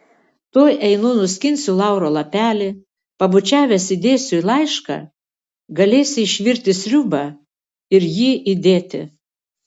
tuoj einu nuskinsiu lauro lapelį pabučiavęs įdėsiu į laišką galėsi išvirti sriubą ir jį įdėti